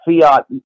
fiat